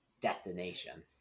destination